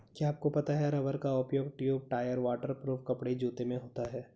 क्या आपको पता है रबर का उपयोग ट्यूब, टायर, वाटर प्रूफ कपड़े, जूते में होता है?